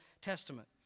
Testament